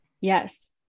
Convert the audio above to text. yes